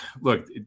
Look